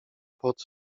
pot